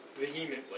vehemently